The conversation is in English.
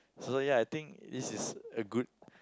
so ya I think this is a good